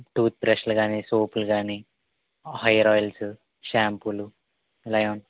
tooth బ్రష్లు కాని సోప్లు గాని హైర్ ఆయిల్సు షాంపూలు ఇలా